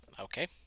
Okay